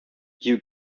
you